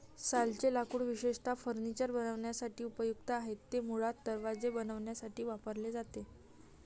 सालचे लाकूड विशेषतः फर्निचर बनवण्यासाठी उपयुक्त आहे, ते मुळात दरवाजे बनवण्यासाठी वापरले जाते